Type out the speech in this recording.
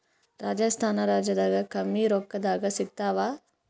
ರಾಜಸ್ಥಾನ ರಾಜ್ಯದಾಗ ಕಮ್ಮಿ ರೊಕ್ಕದಾಗ ಸಿಗತ್ತಾವಾ?